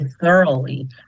thoroughly